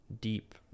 deep